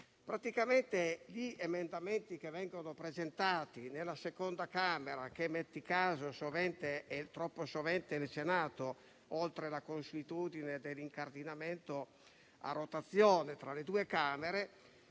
Praticamente, gli emendamenti che vengono presentati nella seconda Camera, che troppo sovente è il Senato (al di là della consuetudine dell'incardinamento a rotazione tra le due Camere),